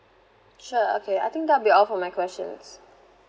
sure okay I think that will be all for my questions